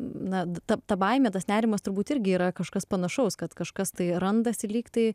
na ta ta baimė tas nerimas turbūt irgi yra kažkas panašaus kad kažkas tai randasi lyg tai